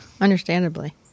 Understandably